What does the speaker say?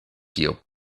kiu